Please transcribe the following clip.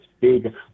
big